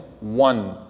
One